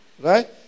Right